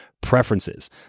preferences